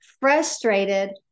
frustrated